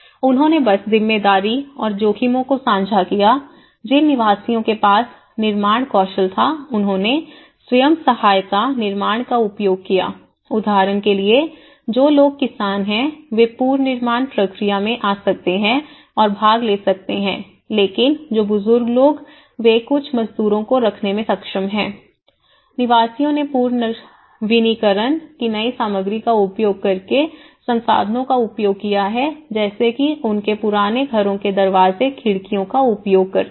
उन्होंने बस जिम्मेदारी और जोखिमों को साझा किया जिन निवासियों के पास निर्माण कौशल था उन्होंने स्वयं सहायता निर्माण का उपयोग किया उदाहरण के लिए जो लोग किसान हैं वे पुनर्निर्माण प्रक्रिया में आ सकते हैं और भाग ले सकते हैं लेकिन जो बुजुर्ग लोग वे कुछ मजदूरों को रखने में सक्षम हैं निवासियों ने पुनर्नवीनीकरण की गई सामग्री का उपयोग करके संसाधनों का उपयोग किया है जैसे कि उनके पुराने घरों से वे दरवाजे खिड़कियों का उपयोग करते हैं